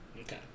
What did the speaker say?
Okay